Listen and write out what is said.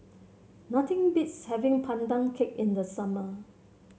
nothing beats having Pandan Cake in the summer